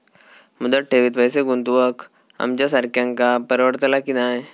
मुदत ठेवीत पैसे गुंतवक आमच्यासारख्यांका परवडतला की नाय?